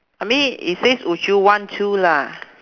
I mean it says would you want to lah